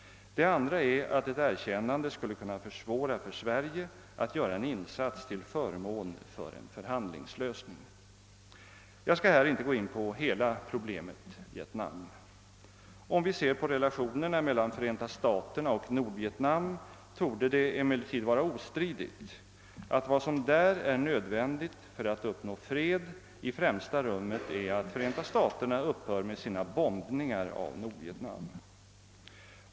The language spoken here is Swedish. Det andra är att ett erkännande skulle kunna försvåra för Sverige att göra en insats till förmån för en förhandlingslösning. Jag skall här inte gå in på hela problemet Vietnam. Om vi ser på relationerna mellan Förenta staterna och Nordvietnam, torde det emellertid vara ostridigt att vad som därvidlag är nödvändigt för att uppnå fred i främsta rummet är att Förenta staterna upphör med sina bombningar av Nordvietnam.